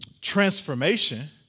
transformation